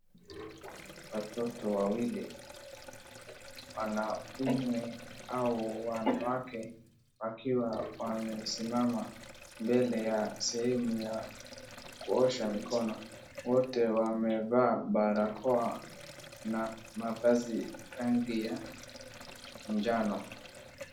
Watoto wawili wanaume au wanawake wakiwa wamesimama mbele ya sehemu ya kuosha mikono, wote wamevaa barakoa na mavazi rangi ya njano.